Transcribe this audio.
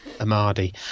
Amadi